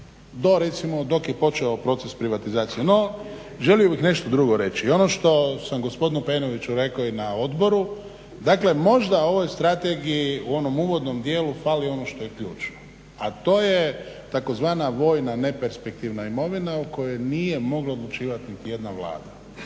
do recimo dok je počeo proces privatizacije. No, želio bih nešto drugo reći. I ono što sam gospodinu Pejnoviću rekao i na odboru, dakle možda ovoj strategiji u onom uvodnom dijelu fali ono što je ključno, a to je tzv. vojna neperspektivna imovina o kojoj nije mogla odlučivati niti jedna Vlada.